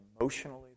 emotionally